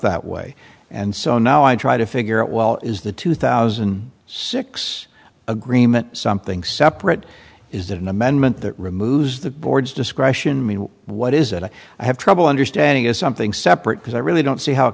that way and so now i try to figure out well is the two thousand and six agreement something separate is that an amendment that removes the board's discretion me what is and i have trouble understanding is something separate because i really don't see how it